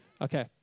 Okay